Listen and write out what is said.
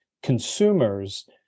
consumers